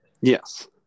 Yes